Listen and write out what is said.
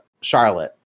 Charlotte